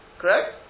Correct